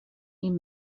این